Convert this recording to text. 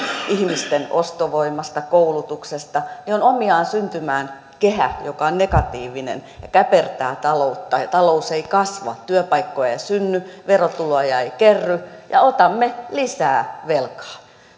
ihmisten ostovoimasta koulutuksesta niin on omiaan syntymään kehä joka on negatiivinen ja käpertää taloutta talous ei kasva työpaikkoja ei synny verotuloja ei kerry ja otamme lisää velkaa